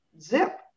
zip